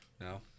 No